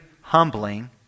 humbling